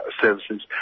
services